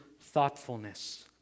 thoughtfulness